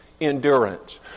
endurance